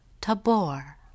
Tabor